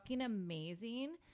amazing